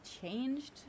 changed